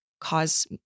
cause